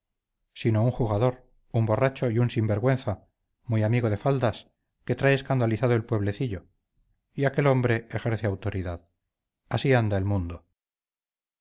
sino un jugador un borracho y un sinvergüenza muy amigo de faldas que trae escandalizado al pueblecillo y aquel hombre ejerce autoridad así anda el mundo